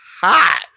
hot